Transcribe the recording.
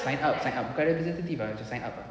sign up sign up bukan representative ah macam sign up